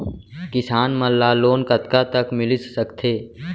किसान मन ला लोन कतका तक मिलिस सकथे?